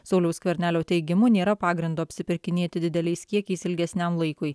sauliaus skvernelio teigimu nėra pagrindo apsipirkinėti dideliais kiekiais ilgesniam laikui